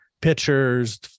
pictures